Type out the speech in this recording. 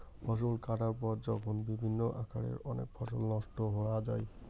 ফসল কাটার পর যখন বিভিন্ন কারণে অনেক ফসল নষ্ট হয়া যাই